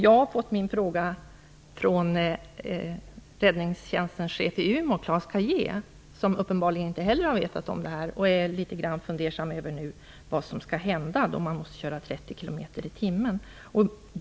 Jag har fått min fråga från Räddningstjänstens chef i Umeå, Claes Caiher, som uppenbarligen inte heller har vetat om detta och nu är litet grand fundersam över vad som skall hända när man måste köra 30 km i timmen.